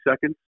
seconds